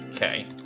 Okay